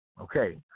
Okay